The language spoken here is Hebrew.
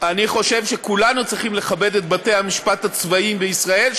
אני חושב שכולנו צריכים לכבד את בתי-המשפט הצבאיים בישראל,